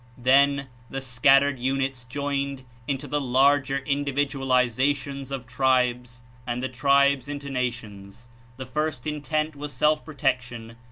then the scattered units joined into the larger individualizations of tribes and the tribes into nations the first intent was self-protection,